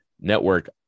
Network